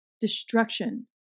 destruction